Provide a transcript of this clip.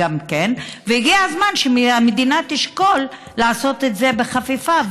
הגיע הזמן שהמדינה תשקול לעשות את זה בחפיפה,